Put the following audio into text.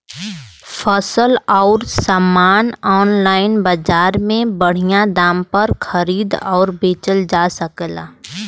फसल अउर सामान आनलाइन बजार में बढ़िया दाम पर खरीद अउर बेचल जा सकेला